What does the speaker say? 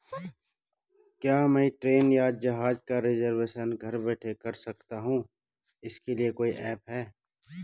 क्या मैं ट्रेन या जहाज़ का रिजर्वेशन घर बैठे कर सकती हूँ इसके लिए कोई ऐप है?